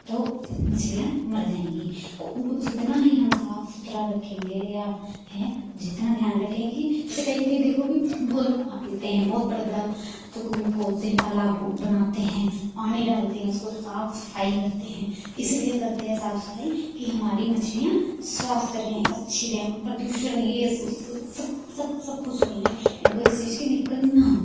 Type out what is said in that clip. तो मछलियां मर जाएँगी और उनको जितना ही हम साफ सुथरा रखेंगे या है जितना ध्यान रखेंगे कि जैसे कहीं कहीं देखो कि वो लोग पालते हैं बहुत बड़ा बड़ा तो कुएं खोदते हैं तालाब बनाते हैं पानी डालते हैं उसको साफ सफाई करते हैं इसलिए करते हैं साफ़ सफाई कि हमारी मछलियां स्वस्थ रहें अच्छी रहें उनको प्रदूषण ये उस सब सब सब कुछ मिलने इनको इस चीज़ की दिक्कत ना हो